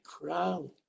crown